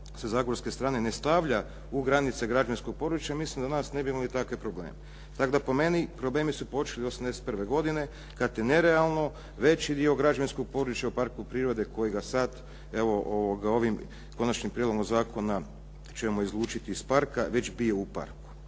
sa zagorske strane ne stavlja u granice građevinskog područja ja mislim da danas ne bi imali takve probleme. Tako da po meni problemi su počeli '81. godine kad je nerealno veći dio građevinskog područja u parku prirode kojega sad evo ovim Konačnim prijedlogom zakona ćemo izlučiti iz parka već bio u parku.